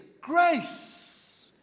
grace